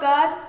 God